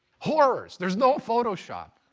horrors, there's no photoshop.